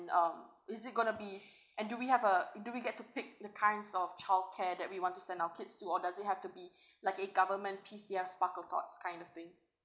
um is it gonna be and do we have uh do we get to pick the kinds of childcare that we want to send our kids to or does it have to be like a government P_C_F sparkle tots kind of thing